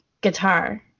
guitar